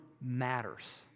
matters